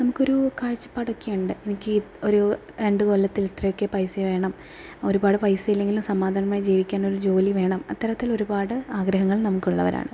നമ്മുക്കൊരു കാഴ്ചപ്പാടൊക്കെ ഉണ്ട് എനിക്ക് ഒരു രണ്ട് കൊല്ലത്തിൽ ഇത്രയൊക്കെ പൈസ വേണം ഒരുപാട് പൈസ ഇല്ലെങ്കിലും സമാധാനമായി ജീവിക്കാൻ ഒരു ജോലി വേണം അത്തരത്തിലൊരുപാട് ആഗ്രഹങ്ങൾ നമുക്ക് ഉള്ളവരാണ്